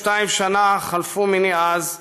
22 שנה חלפו מני אז,